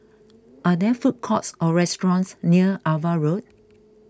are there food courts or restaurants near Ava Road